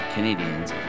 Canadians